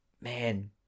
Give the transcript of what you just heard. Man